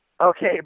Okay